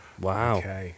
Wow